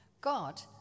God